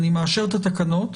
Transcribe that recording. אני מאשר את התקנות,